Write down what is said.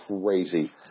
crazy